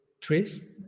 trees